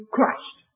Christ